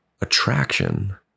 attraction